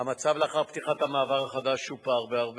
המצב לאחר פתיחת המעבר החדש שופר בהרבה